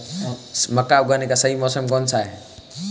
मक्का उगाने का सही मौसम कौनसा है?